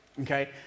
okay